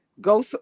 Go